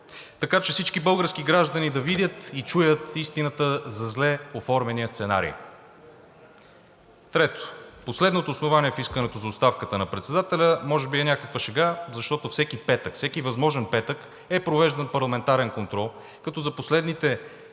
така че всички български граждани да видят и чуят истината за зле оформения сценарий. Трето. Последното основание в искането за оставката на председателя може би е някаква шега, защото всеки петък, всеки възможен петък е провеждан парламентарен контрол, като за последните шест